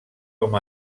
com